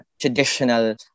traditional